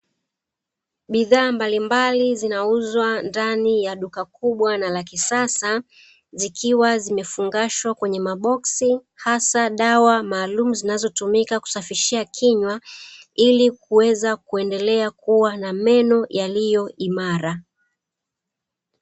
Bidhaa mbalimbali zinauzwa ndani ya duka kubwa na la kisasa, zikiwa zimefungashwa kwenye maboksi hasa dawa maalumu zinazotumika kusafishia kinywa ili kuweza kuendelea kuwa na meno yaliyo imara.